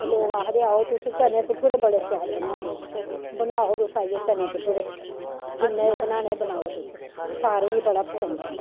ते लोग आखदे आओ तुस चने भठूरे बड़े सोआद बनांदे ओ बनाओ तुस आइ्यै चने भठूरे जि'न्नै बी बनाने बनाओ तुस सारें गी बड़ा पसंद औंदा